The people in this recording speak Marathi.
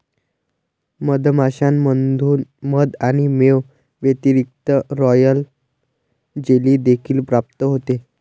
मधमाश्यांमधून मध आणि मेण व्यतिरिक्त, रॉयल जेली देखील प्राप्त होते